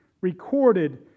recorded